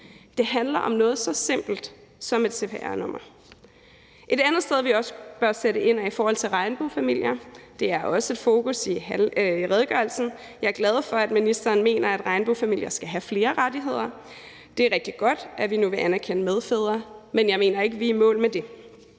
Det handler om noget så simpelt som et cpr-nummer. Kl. 15:48 Et andet sted, vi også bør sætte ind, er i forhold til regnbuefamilier. Det er også et fokus i redegørelsen. Jeg er glad for, at ministeren mener, at regnbuefamilier skal have flere rettigheder. Det er rigtig godt, at vi nu vil anerkende medfædre, men jeg mener ikke, at vi er i mål med det.